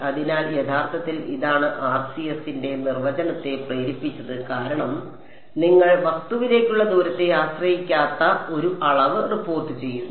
അതിനാൽ യഥാർത്ഥത്തിൽ ഇതാണ് RCS ന്റെ നിർവചനത്തെ പ്രേരിപ്പിച്ചത് കാരണം നിങ്ങൾ വസ്തുവിലേക്കുള്ള ദൂരത്തെ ആശ്രയിക്കാത്ത ഒരു അളവ് റിപ്പോർട്ടുചെയ്യുന്നു